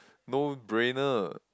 no brainer